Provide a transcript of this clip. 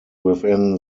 within